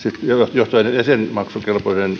johtuen jäsenmaksujen